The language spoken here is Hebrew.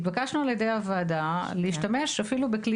התבקשנו על ידי הוועדה להשתמש אפילו בכלי